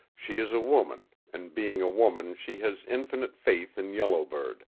she is a woman, and being a woman she has infinite faith in yellow bird,